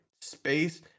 space